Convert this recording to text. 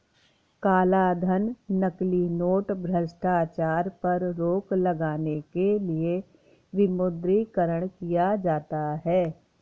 कालाधन, नकली नोट, भ्रष्टाचार पर रोक लगाने के लिए विमुद्रीकरण किया जाता है